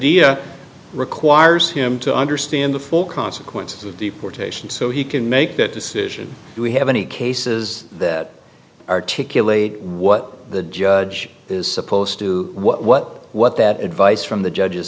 requires him to understand the full consequences of deportation so he can make that decision do we have any cases that articulate what the judge is supposed to what what that advice from the judge is